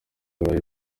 burayi